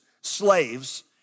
slaves